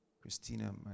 Christina